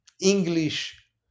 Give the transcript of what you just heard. English